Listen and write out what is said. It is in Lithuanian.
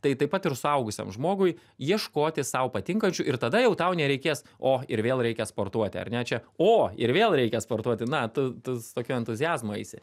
tai taip pat ir suaugusiam žmogui ieškoti sau patinkančių ir tada jau tau nereikės o ir vėl reikia sportuoti ar ne čia o ir vėl reikia sportuoti na tu tu su tokiu entuziazmu eisi